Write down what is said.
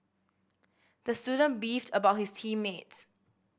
the student beefed about his team mates